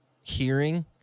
hearing